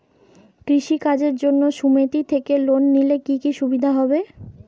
কৃষি কাজের জন্য সুমেতি থেকে লোন নিলে কি কি সুবিধা হবে?